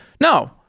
No